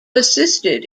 assisted